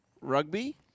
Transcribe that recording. rugby